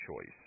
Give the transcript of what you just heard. choice